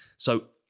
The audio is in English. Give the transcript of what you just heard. so,